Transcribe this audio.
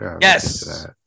Yes